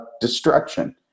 destruction